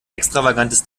extravagantes